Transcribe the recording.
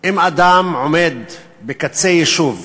שאם אדם עומד בקצה יישוב